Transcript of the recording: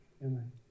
Amen